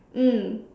mm